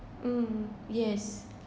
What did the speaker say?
um yes